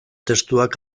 testuak